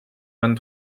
vingt